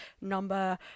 number